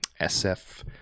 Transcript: SF